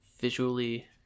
visually